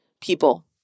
people